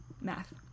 Math